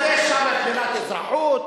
אז יש שם שלילת אזרחות,